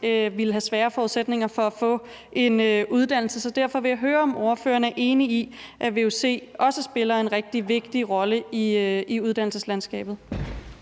ville have sværere forudsætninger for at få en uddannelse. Så derfor vil jeg høre, om ordføreren er enig i, at vuc også spiller en rigtig vigtig rolle i uddannelseslandskabet.